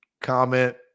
comment